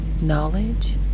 knowledge